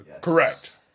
Correct